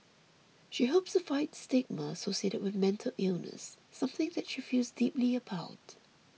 she hopes to fight stigma associated with mental illness something that she feels deeply about